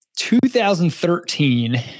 2013